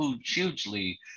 hugely